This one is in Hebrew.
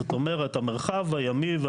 זאת אומרת המרחב הימי,